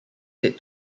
said